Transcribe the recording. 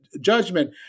judgment